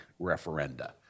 referenda